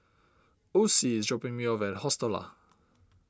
Ocie is dropping me off at Hostel Lah